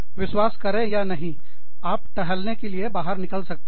विश्वास करें या नहीं आप टहलने के लिए बाहर निकल सकते हैं